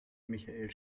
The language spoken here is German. michael